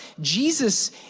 Jesus